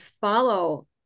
follow